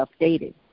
updated